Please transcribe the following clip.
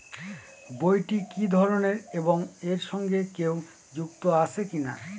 বইটি কি ধরনের এবং এর সঙ্গে কেউ যুক্ত আছে কিনা?